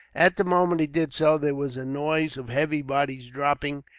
at the moment he did so, there was a noise of heavy bodies dropping,